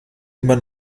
immer